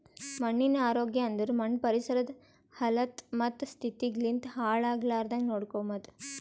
ಮಣ್ಣಿನ ಆರೋಗ್ಯ ಅಂದುರ್ ಮಣ್ಣು ಪರಿಸರದ್ ಹಲತ್ತ ಮತ್ತ ಸ್ಥಿತಿಗ್ ಲಿಂತ್ ಹಾಳ್ ಆಗ್ಲಾರ್ದಾಂಗ್ ನೋಡ್ಕೊಮದ್